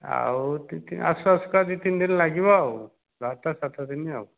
ଆଉ ଆସୁ ଆସୁ କା ଦୁଇ ତିନି ଦିନ ଲାଗିବ ଆଉ ଧରିଥା ସାତ ଦିନ ଆଉ